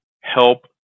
help